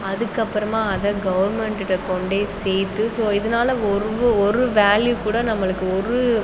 அதுக்கு அப்புறமாக அதை கவெர்மெண்ட்டுகிட்ட கொண்டேயி சேர்த்து சோ இதனால ஒரு ஒரு வேல்யூ கூட நம்மளுக்கு ஒரு